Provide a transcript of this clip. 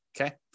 okay